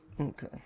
Okay